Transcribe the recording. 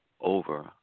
over